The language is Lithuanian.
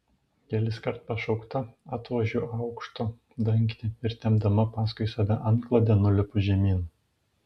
keliskart pašaukta atvožiu aukšto dangtį ir tempdama paskui save antklodę nulipu žemyn